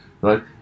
right